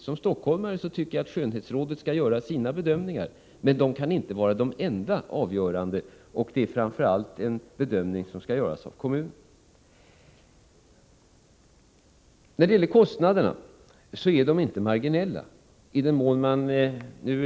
Som stockholmare tycker jag att skönhetsrådet skall göra sina bedömningar, men rådet kan inte ensamt vara avgörande i sådana här frågor, och framför allt är det kommunen som skall göra den slutliga bedömningen. Jag anser inte att kostnaderna är marginella.